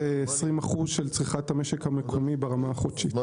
ל-20% של צריכת המשק המקומי ברמה החודשית,